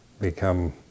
become